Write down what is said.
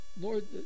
Lord